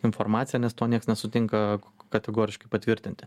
informacija nes to nieks nesutinka kategoriškai patvirtinti